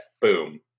boom